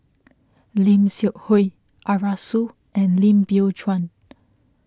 Lim Seok Hui Arasu and Lim Biow Chuan